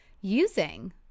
using